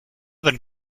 than